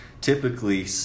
typically